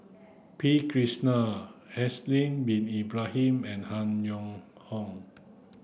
P Krishnan Haslir Bin Ibrahim and Han Yong Hong